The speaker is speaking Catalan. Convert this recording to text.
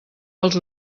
els